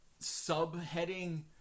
subheading